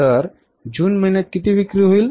तर जून महिन्यात किती विक्री होईल